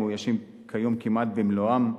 המאוישים כיום כמעט במלואם,